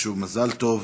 שוב, מזל טוב.